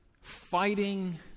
fighting